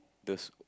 those